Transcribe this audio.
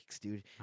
dude